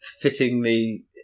fittingly